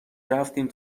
رفتیم